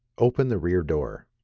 open the rear door.